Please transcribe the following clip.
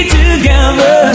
together